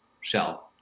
shell